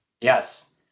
Yes